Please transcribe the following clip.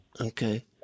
Okay